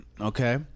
okay